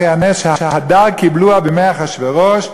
אחרי הנס ש"הדור קיבלוה בימי אחשוורוש",